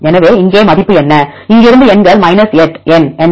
எனவே இங்கே மதிப்பு என்ன இங்கிருந்து எண்கள் 8 எண் என்ன